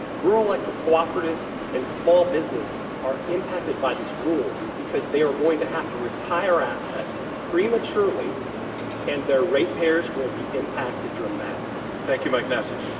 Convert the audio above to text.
rural electric cooperatives and small business are impacted by this rule because they are going to have to retire assets prematurely and their rate payers will be impacted dramatically. thank you, mike nasi.